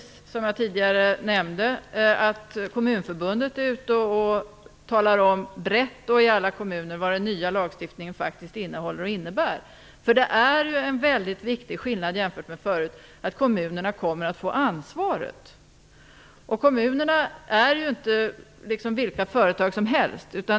Som jag tidigare nämnde talar Kommunförbundet brett och i alla kommuner om vad den nya lagstiftningen verkligen innebär. Det är en väldigt viktig skillnad i förhållande till hur det var förut. Kommunerna kommer nu att få ansvaret. Kommunerna är inte vilka företag som helst.